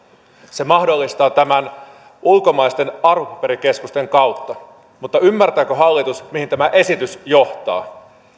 se mahdollistaa tämän ulkomaisten arvopaperikeskusten kautta mutta ymmärtääkö hallitus mihin tämä esitys johtaa